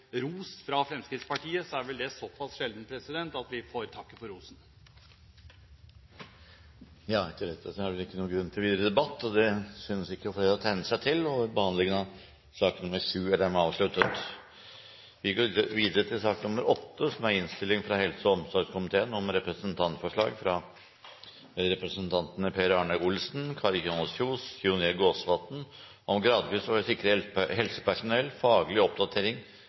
ros fra Fremskrittspartiet, er vel det såpass sjelden at vi får takke for rosen. Etter dette er det vel ikke noen grunn til noen videre debatt. Flere synes heller ikke å ha tegnet seg, og behandlingen av sak nr. 7 er dermed avsluttet. Etter ønske fra helse- og omsorgskomiteen